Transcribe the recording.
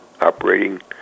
operating